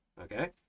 Okay